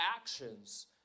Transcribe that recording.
actions